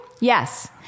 Yes